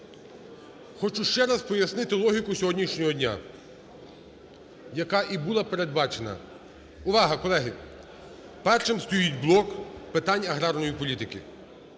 Хочу ще раз пояснити логіку сьогоднішнього дня, яка і була передбачена. Увага, колеги! Першим стоїть блок питань аграрної політики.